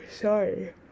sorry